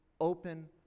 open